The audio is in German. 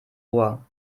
ohr